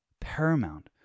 paramount